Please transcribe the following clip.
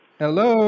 hello